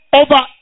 over